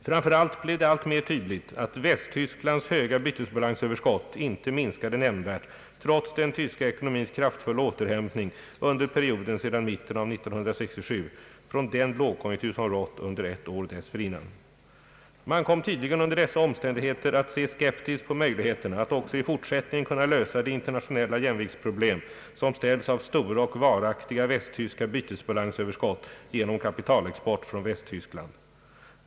Framför allt blev det alltmer tydligt att Västtysklands höga bytesbalansöverskott inte minskade nämnvärt, trots den tyska ekonomins kraftfulla återhämtning under perioden sedan mitten av 1967 från den lågkonjunktur som rått under ett år dessförinnan. Man kom tydligen under dessa omständigheter att se skeptiskt på möjligheterna att också i fortsättningen kunna lösa det internationella jämviktsproblem som ställs av stora och varaktiga västtyska bytesbalansöverskott genom kapitalexport från Västtyskland.